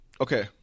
Okay